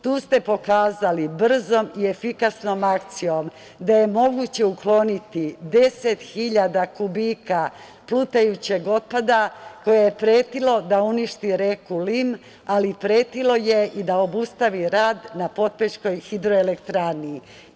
Tu ste pokazali brzom i efikasnom akcijom da je moguće otkloniti 10 hiljada kubika plutajućeg otpada koje je pretilo da uništi reku Lim, ali pretilo je i da obustavi rad na Potpećkoj hidroelektrani.